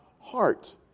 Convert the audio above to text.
heart